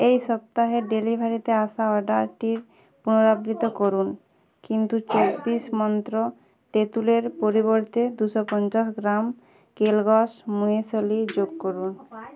এই সপ্তাহে ডেলিভারিতে আসা অডারটির পুনরাবৃত করুন কিন্তু চব্বিশ মন্ত্র তেঁতুলের পরিবর্তে দুশো পঞ্চাশ গ্রাম কেলগস মুয়েসলি যোগ করুন